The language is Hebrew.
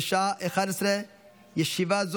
התקבלה בקריאה השנייה והשלישית,